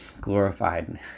glorified